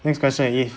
next question if